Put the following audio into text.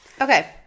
Okay